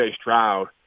Stroud